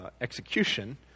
execution